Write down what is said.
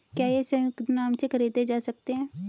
क्या ये संयुक्त नाम से खरीदे जा सकते हैं?